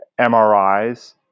MRIs